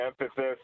emphasis